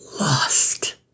lost